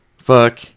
fuck